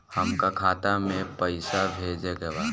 हमका खाता में पइसा भेजे के बा